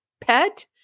pet